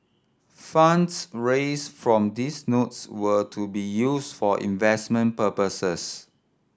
funds raised from these notes were to be used for investment purposes